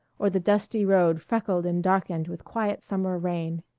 or the dusty road freckled and darkened with quiet summer rain.